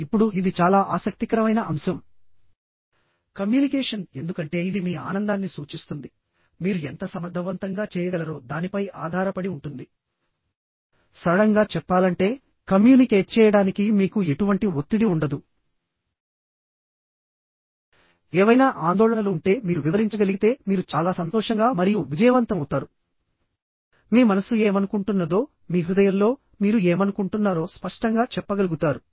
ఇప్పుడు ఇది చాలా ఆసక్తికరమైన అంశం కమ్యూనికేషన్ ఎందుకంటే ఇది మీ ఆనందాన్ని సూచిస్తుందిమీరు ఎంత సమర్థవంతంగా చేయగలరో దానిపై ఆధారపడి ఉంటుంది సరళంగా చెప్పాలంటే కమ్యూనికేట్ చేయడానికి మీకు ఎటువంటి ఒత్తిడి ఉండదు ఏవైనా ఆందోళనలు ఉంటే మీరు వివరించగలిగితే మీరు చాలా సంతోషంగా మరియు విజయవంతమవుతారు మీ మనసు ఏమనుకుంటున్నదో మీ హృదయంలో మీరు ఏమనుకుంటున్నారో స్పష్టంగా చెప్పగలుగుతారు